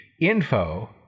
Info